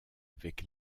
avec